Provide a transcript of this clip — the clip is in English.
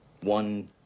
One